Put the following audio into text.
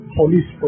police